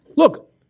Look